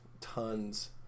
tons